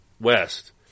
West